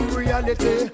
reality